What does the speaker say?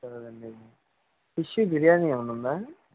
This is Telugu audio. సరేనండి ఫిష్ బిర్యానీ ఏమన్నా ఉందా